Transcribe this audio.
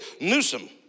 Newsom